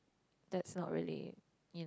that's not really you know